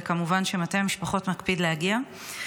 וכמובן שמטה המשפחות מקפיד להגיע,